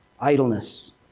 Idleness